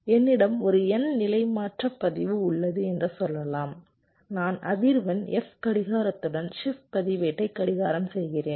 என்னிடம் ஒரு n நிலை மாற்ற பதிவு உள்ளது என்று சொல்லலாம் நான் அதிர்வெண் f கடிகாரத்துடன் ஷிப்ட் பதிவேட்டை கடிகாரம் செய்கிறேன்